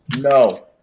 No